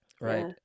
Right